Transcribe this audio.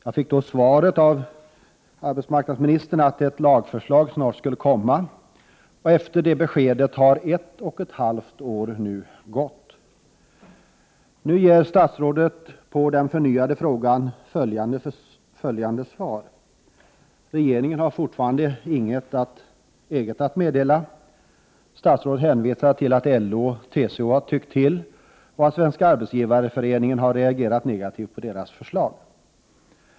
Jag fick då svaret av arbetsmarknadsministern att ett lagförslag snart skulle komma. Efter det beskedet har ett och ett halvt år gått. Nu ger statsrådet på den förnyade frågan följande svar: Regeringen har fortfarande inget eget att meddela. Statsrådet hänvisar till att LO och TCO har tyckt till och att SAF har reagerat negativt på deras förslag.